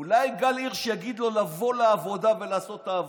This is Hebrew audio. אולי גל הירש יגיד לו לבוא לעבודה ולעשות את העבודה.